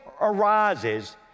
arises